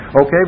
Okay